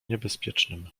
niebezpiecznym